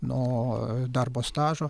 nuo darbo stažo